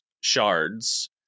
shards